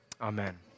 Amen